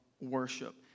worship